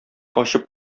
ачып